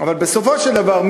אבל בסופו של דבר,